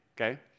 okay